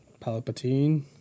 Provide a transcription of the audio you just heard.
Palpatine